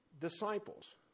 disciples